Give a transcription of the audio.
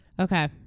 Okay